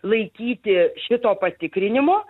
laikyti šito patikrinimo